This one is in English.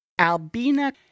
Albina